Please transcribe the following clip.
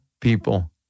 people